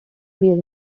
bear